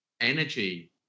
energy